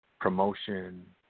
promotion